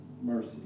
mercy